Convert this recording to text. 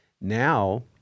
Now